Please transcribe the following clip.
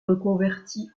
reconvertie